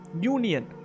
union